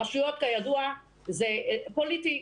הרשויות, כידוע, זה פוליטי.